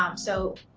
um so,